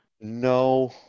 No